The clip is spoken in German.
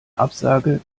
absage